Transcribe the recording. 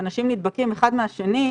ואנשים נדבקים אחד מהשני,